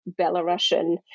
Belarusian